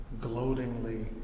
gloatingly